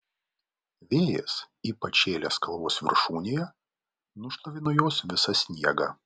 vėjas ypač šėlęs kalvos viršūnėje nušlavė nuo jos visą sniegą